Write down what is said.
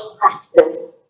practice